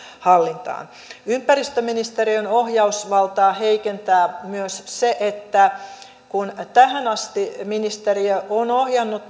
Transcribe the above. hallintaan ympäristöministeriön ohjausvaltaa heikentää myös se että kun tähän asti ministeriö on ohjannut